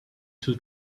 two